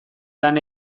lan